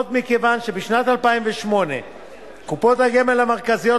מכיוון שמשנת 2008 קופות הגמל המרכזיות